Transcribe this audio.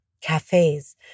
cafes